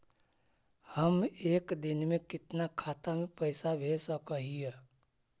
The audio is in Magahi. हम एक दिन में कितना खाता में पैसा भेज सक हिय?